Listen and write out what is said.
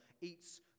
eats